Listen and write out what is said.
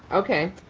okay.